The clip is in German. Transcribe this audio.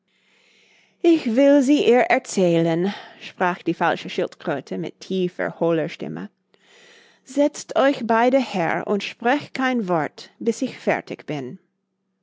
ich will sie ihr erzählen sprach die falsche schildkröte mit tiefer hohler stimme setzt euch beide her und sprecht kein wort bis ich fertig bin